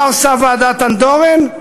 מה עושה ועדת אנדורן?